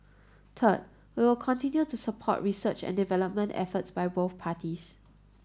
third we'll continue to support research and development efforts by both parties